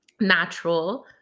natural